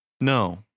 No